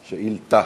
שאילתה.